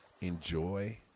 enjoy